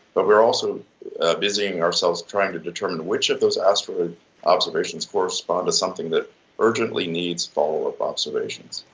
but we're also busying ourselves trying to determine which of those asteroid observations correspond to something that urgently needs followup observations.